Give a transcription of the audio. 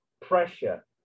pressure